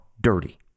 dirty